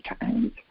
times